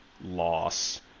loss